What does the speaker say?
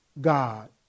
God